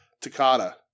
Takata